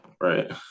Right